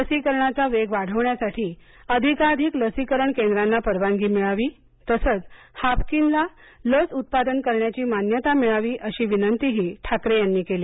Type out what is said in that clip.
लसीकरणाचा वेग वाढवण्यासाठी अधिकाधिक लसीकरण केंद्रांना परवानगी मिळावी तसंच हाफकिनला लस उत्पादन करण्याची मान्यता मिळावी अशी विनंतीही ठाकरे यांनी केली